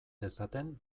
dezaten